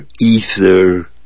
ether